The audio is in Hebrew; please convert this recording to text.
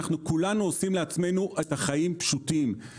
כולנו עושים לעצמנו את החיים פשוטים,